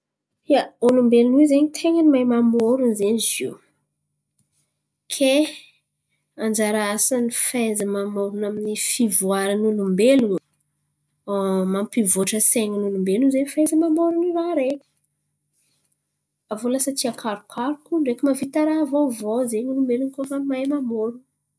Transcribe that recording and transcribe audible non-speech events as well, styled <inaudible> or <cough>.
Ia, ôlombelon̈o io zen̈y ten̈a ny mahay mamôron̈o zen̈y izy io. Ke anjara asan'ny fahaiza-mamôron̈o amin'ny fivoaran'olombelon̈o, <hesitation> mampivoatra sain̈in'olombelon̈o zen̈y fahaiza-mamôron̈o raha araiky. Aviô lasa tia karokaroko ndreky mahavita raha vaovao zen̈y olombelon̈o koa fa mahay mamôron̈o.